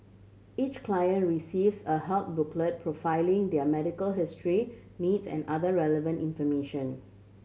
each client receives a health booklet profiling their medical history needs and other relevant information